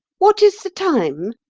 what is the time?